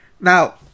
Now